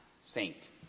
Saint